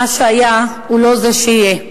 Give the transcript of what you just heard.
מה שהיה הוא לא מה שיהיה.